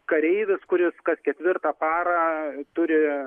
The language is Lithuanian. kareivis kuris kad ketvirtą parą turi